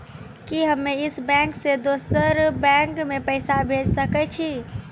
कि हम्मे इस बैंक सें दोसर बैंक मे पैसा भेज सकै छी?